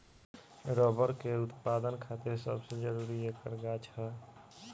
rubber के उत्पदान खातिर सबसे जरूरी ऐकर गाछ ह